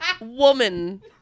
woman